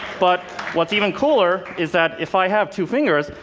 but what's even cooler is that if i have two fingers,